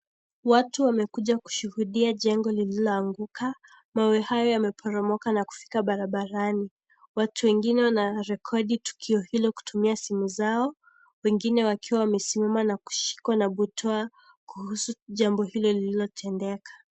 Watu wamekuja kushuhudia jengo lililoanguka. Mawe hayo yameporomoka na kufika barabarani. Watu wengine wanarekodi tukio hilo kutumia simu zao, wengine wakiwa wamesimama na kushikwa na butwaa kuhusu jambo hilo lililotendeka.